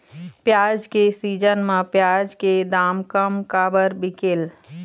प्याज के सीजन म प्याज के दाम कम काबर बिकेल?